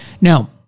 Now